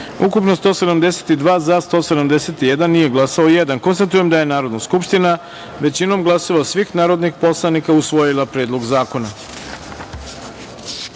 ukupno – 173, za – 171, nije glasalo – dvoje. Konstatujem da je Narodna skupština, većinom glasova svih narodnih poslanika, usvojila Predlog zakona. Pošto